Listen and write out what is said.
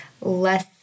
less